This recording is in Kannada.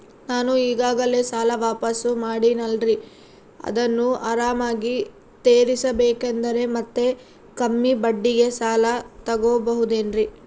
ನಾನು ಈಗಾಗಲೇ ಸಾಲ ವಾಪಾಸ್ಸು ಮಾಡಿನಲ್ರಿ ಅದನ್ನು ಆರಾಮಾಗಿ ತೇರಿಸಬೇಕಂದರೆ ಮತ್ತ ಕಮ್ಮಿ ಬಡ್ಡಿಗೆ ಸಾಲ ತಗೋಬಹುದೇನ್ರಿ?